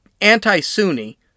anti-Sunni